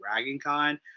DragonCon